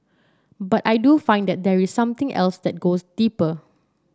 but I do find that there is something else that goes deeper